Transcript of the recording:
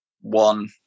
one